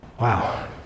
Wow